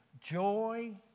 joy